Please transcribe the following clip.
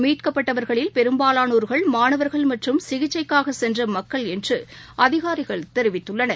மீட்கப்பட்டவர்களில் பெரும்பாலானோர்கள் மாணவர்கள் மற்றும் சிகிச்சைக்காக சென்ற மக்கள் என்று அதிகாரிகள் தெரிவித்துள்ளனர்